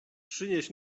przynieś